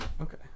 Okay